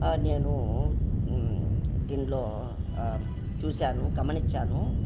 నేను దీనిలో చూసాను గమనించాను